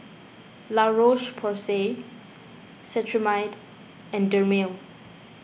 La Roche Porsay Cetrimide and Dermale